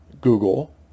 Google